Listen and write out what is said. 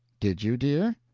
did you, dear?